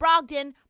Brogdon